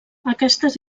aquestes